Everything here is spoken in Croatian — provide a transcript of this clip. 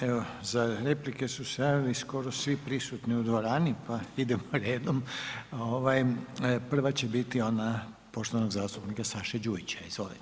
Evo za replike su se javili skoro svi prisutni u dvorani, pa idemo redom, prva će biti ona poštovanog zastupnika Saše Đujića, izvolite.